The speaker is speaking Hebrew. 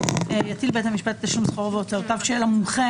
יטיל בית המשפט תשלום שכרו והוצאותיו של המומחה